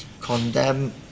condemn